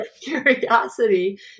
curiosity